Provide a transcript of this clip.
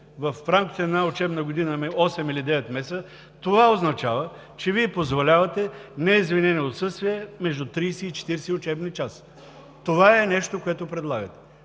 в рамките на една учебна година имаме осем или девет месеца, това означава, че Вие позволявате неизвинени отсъствия между 30 и 40 учебни часа. Това е, което предлагате.